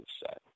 set